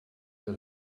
der